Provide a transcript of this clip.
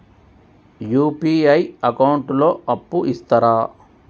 UPI account లో అప్పు ఇస్తరా?